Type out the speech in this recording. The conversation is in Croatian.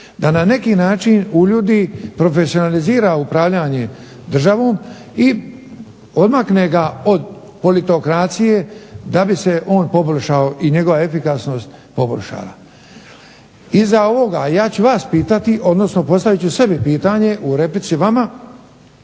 da na neki način uljudi i profesionalizira upravljanje državom i odmakne ga od politokracije da bi se on poboljšao i njegova efikasnost poboljšala. Iza ovoga, a ja ću vas pitati, odnosno postavit ću sebi pitanje u replici vama,